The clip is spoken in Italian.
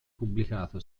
pubblicato